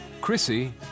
Chrissy